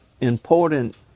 important